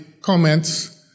comments